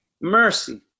Mercy